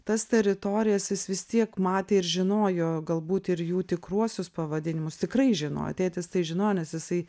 tas teritorijas jis vis tiek matė žinojo galbūt ir jų tikruosius pavadinimus tikrai žinojo tėtis tai žinojo nes jisai